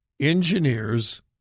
Engineers